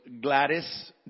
Gladys